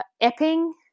Epping